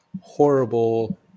horrible